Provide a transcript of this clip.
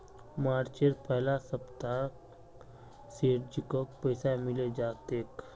मार्चेर पहला सप्ताहत सेठजीक पैसा मिले जा तेक